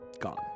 gone